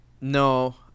no